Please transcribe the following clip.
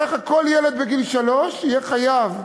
כך כל ילד בגיל שלוש יהיה חייב,